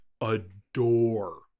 adore